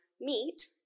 meet